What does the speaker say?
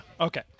Okay